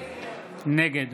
נגד